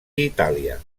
itàlia